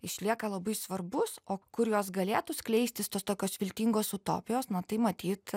išlieka labai svarbus o kur jos galėtų skleistis tos tokios viltingos utopijos na tai matyt